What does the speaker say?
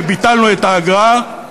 שביטלנו את האגרה.